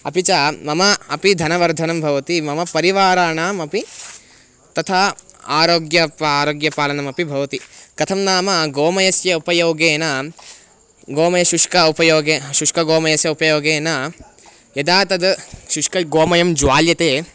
अपि च मम अपि धनवर्धनं भवति मम परिवाराणामपि तथा आरोग्य पा आरोग्यपालनमपि भवति कथं नाम गोमयस्य उपयोगेन गोमयशुष्कस्य उपयोगेन शुष्कगोमयस्य उपयोगेन यदा तद् शुष्कं गोमयं ज्वाल्यते